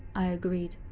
i agreed.